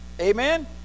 Amen